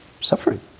Suffering